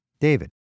David